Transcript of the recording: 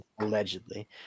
Allegedly